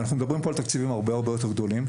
אנחנו מדברים פה על תקציבים הרבה הרבה יותר גדולים.